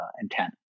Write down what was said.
intent